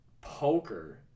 poker